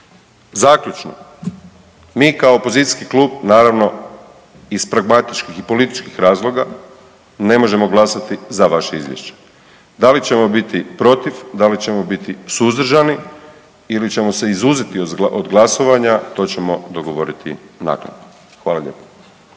Zaključno, mi kao opozicijski klub naravno iz pragmatičkih i političkih razloga ne možemo glasati za vaše izvješće. Da li ćemo biti protiv, da li ćemo biti suzdržani ili ćemo se izuzeti od glasovanja, to ćemo dogovoriti naknadno. Hvala lijepo.